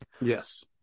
Yes